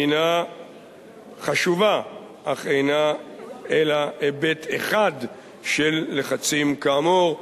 היא חשובה, אך אינה אלא היבט אחד של לחצים כאמור.